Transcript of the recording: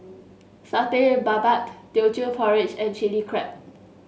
Satay Babat Teochew Porridge and Chili Crab